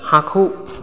हाखौ